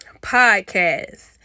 podcast